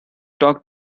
talk